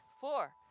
four